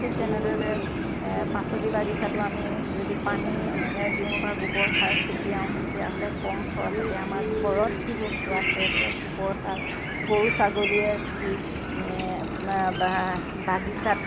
ঠিক তেনেদৰে পাচলি বাগিচাটো আমি যদি পানী দিওঁ বা গোবৰ সাৰ চেটিয়াওঁ তেতিয়াহ'লে কম খৰচতে আমাৰ ঘৰত যি বস্তু আছে গোবৰ সাৰ গৰু ছাগলীয়ে যি বা বাগিচাত